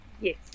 yes